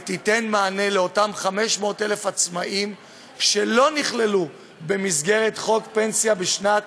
ותיתן מענה לאותם 500,000 עצמאים שלא נכללו במסגרת חוק פנסיה בשנת